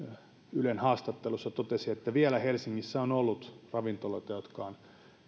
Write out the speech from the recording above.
ylen haastattelussa totesi että helsingissä on vielä ollut ravintoloita jotka